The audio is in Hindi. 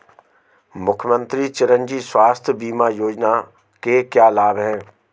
मुख्यमंत्री चिरंजी स्वास्थ्य बीमा योजना के क्या लाभ हैं?